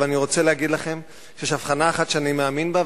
אבל אני רוצה להגיד לכם שיש הבחנה אחת שאני מאמין בה,